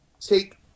take